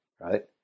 Right